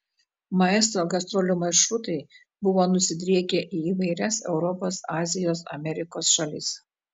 maestro gastrolių maršrutai buvo nusidriekę į įvairias europos azijos amerikos šalis